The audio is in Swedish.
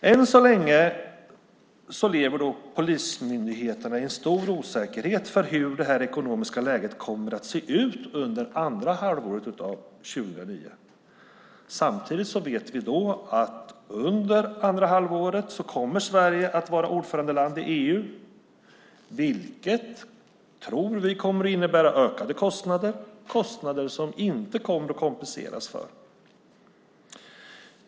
Än så länge lever polismyndigheterna i stor osäkerhet om hur det ekonomiska läget kommer att se ut under andra halvåret 2009. Samtidigt vet vi att Sverige under detta andra halvår kommer att vara ordförandeland i EU, vilket vi tror kommer att innebära ökade kostnader - kostnader som det inte kommer att kompenseras för.